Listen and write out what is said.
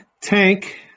Tank